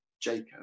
Jacob